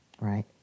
right